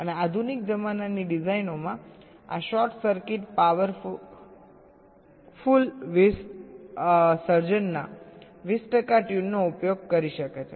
અને આધુનિક જમાનાની ડિઝાઈનોમાં આ શોર્ટ સર્કિટ પાવર કુલ વીજ વિસર્જનના 20 ટકા ટ્યુનનો ઉપયોગ કરી શકે છે